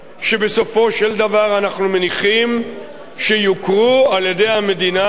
אנחנו מניחים שיוכרו על-ידי המדינה כדת וכדין,